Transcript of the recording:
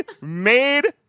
made